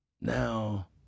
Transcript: Now